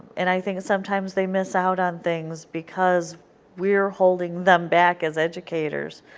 and i think sometimes they miss out on things because we are holding them back as educators.